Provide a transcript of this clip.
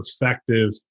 effective